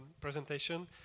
presentation